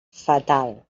fatal